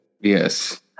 Yes